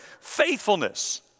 faithfulness